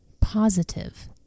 positive